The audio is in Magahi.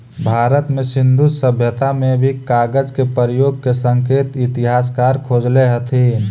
भारत में सिन्धु सभ्यता में भी कागज के प्रयोग के संकेत इतिहासकार खोजले हथिन